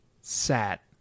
sat